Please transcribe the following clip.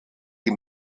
die